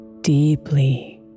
deeply